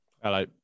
Hello